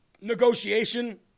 negotiation